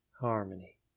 harmony